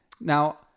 Now